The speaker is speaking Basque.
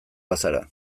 bazara